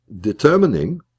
determining